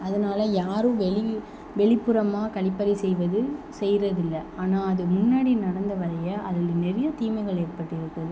அதனால யாரும் வெளியே வெளிப்புறமாக கழிப்பறை செய்வது செய்வதில்ல ஆனால் அது முன்னாடி நடந்த வரைய அதில் நிறைய தீமைகள் ஏற்பட்டிருக்கிறது